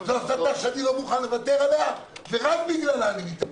זו הסתה שאני לא מוכן לוותר עליה ורק בגללה אני מתעקש.